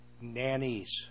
nannies